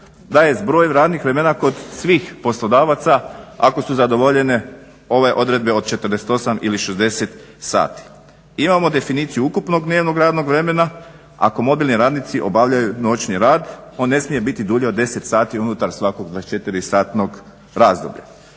daje zbroj radnih vremena kod svih poslodavaca ako su zadovoljene ove odredbe od 48 ili 60 sati. Imamo definiciju ukupnog mjernog radnog vremena ako mobilni radnici obavljaju noćni rad on ne smije biti dulji od 10 sati unutar svakog 24-tnog razdoblja.